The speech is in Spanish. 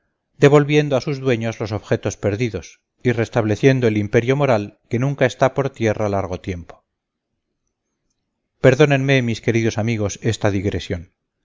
devolviendo a sus dueños los objetos perdidos y restableciendo el imperio moral que nunca está por tierra largo tiempo perdónenme mis queridos amigos esta digresión